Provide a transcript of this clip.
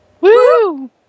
Woo